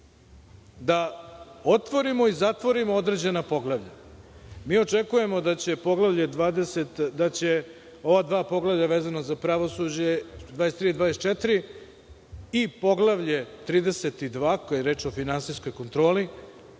da otvorimo i zatvorimo određena poglavlja. Mi očekujemo da će ova dva poglavlja vezana za pravosuđe, 23 i 24 i poglavlje 32 koje je reč o finansijskoj kontroli,